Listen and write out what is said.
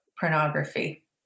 pornography